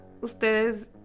ustedes